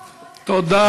תודה.